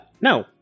No